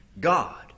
God